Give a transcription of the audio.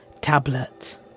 Tablet